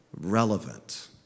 relevant